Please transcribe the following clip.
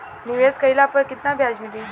निवेश काइला पर कितना ब्याज मिली?